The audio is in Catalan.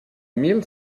mil